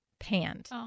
panned